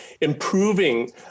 improving